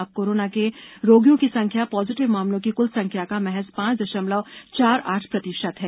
अब कोरोना के रोगियों की संख्या पॉजिटिव मामलों की कुल संख्या का महज पांच दशमलव चार आठ प्रतिशत है